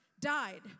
died